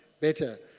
better